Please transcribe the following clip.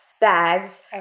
bags